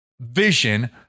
vision